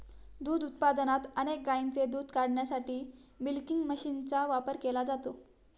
दूध उत्पादनात अनेक गायींचे दूध काढण्यासाठी मिल्किंग मशीनचा वापर केला जातो